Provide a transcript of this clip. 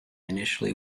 initially